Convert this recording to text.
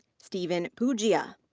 steven pugia.